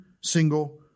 single